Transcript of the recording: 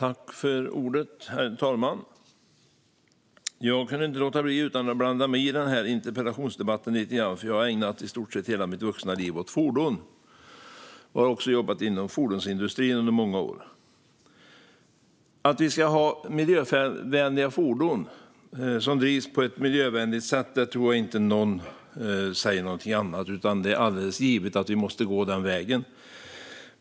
Herr talman! Jag kan inte låta bli att blanda mig i den här interpellationsdebatten lite grann, för jag har ägnat i stort sett hela mitt vuxna liv åt fordon och har också jobbat inom fordonsindustrin under många år. Att vi ska ha miljövänliga fordon som drivs på ett miljövänligt sätt tror jag inte någon säger någonting om, utan det är alldeles givet att vi måste gå den vägen.